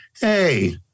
Hey